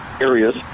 areas